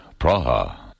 Praha